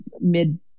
mid